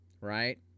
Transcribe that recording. right